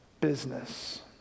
business